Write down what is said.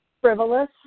frivolous